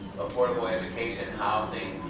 affordable education, housing,